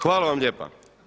Hvala vam lijepa.